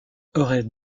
aurait